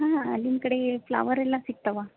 ಹಾಂ ಅಲ್ಲಿನ ಕಡೆ ಫ್ಲವರೆಲ್ಲ ಸಿಕ್ತವಾ